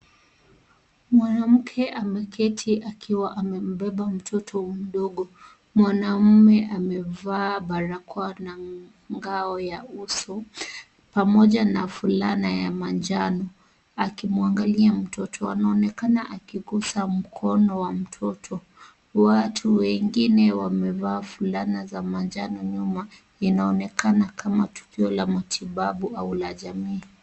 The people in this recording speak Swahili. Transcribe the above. Mwanamke ameketi akiwa amepepa mtoto mdogo, mwanaume amevaa barakoa na ngao ya uso pamoja na fulana ya manjano akimwangalia mtoto anaonekana akiguza mkono wa mtoto. Watu wengine wamevaa fulana za manjano nyuma inaonekana kama ni tukio la matibabu au la jamii.